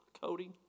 Cody